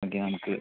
okay നമുക്ക്